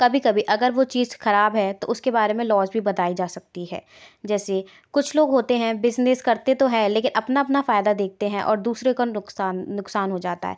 कभी कभी अगर वह चीज़ खराब है तो उसके बारे में लॉस भी बताई जा सकती है जैसे कुछ लोग होते हैं बिज़नेस करते तो हैं लेकिन अपना अपना फायदा देखते हैं और दूसरे का नुकसान नुकसान हो जाता है